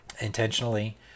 intentionally